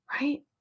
right